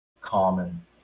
common